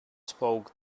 spoke